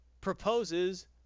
proposes